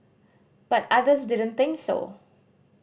but others didn't think so